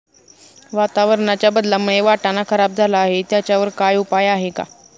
वातावरणाच्या बदलामुळे वाटाणा खराब झाला आहे त्याच्यावर काय उपाय आहे का?